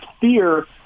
fear